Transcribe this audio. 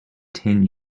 ten